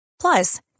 Plus